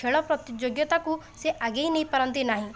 ଖେଳ ପ୍ରତି ଯୋଗ୍ୟତାକୁ ସେ ଆଗେଇ ନେଇ ପାରନ୍ତି ନାହିଁ